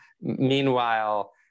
meanwhile